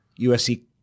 USC